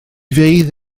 fydd